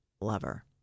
lover